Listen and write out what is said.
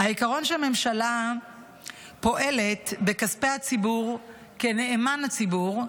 "העיקרון שהממשלה פועלת בכספי הציבור כנאמן הציבור,